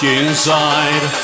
inside